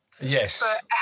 Yes